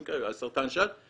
במקרה על סרטן שד,